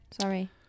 Sorry